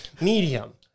Medium